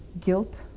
guilt